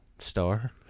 Star